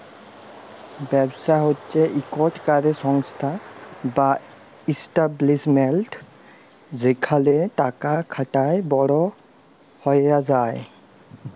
ব্যবসা হছে ইকট ক্যরে সংস্থা বা ইস্টাব্লিশমেল্ট যেখালে টাকা খাটায় বড় হউয়া যায়